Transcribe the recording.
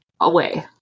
away